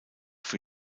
für